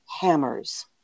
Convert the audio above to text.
hammers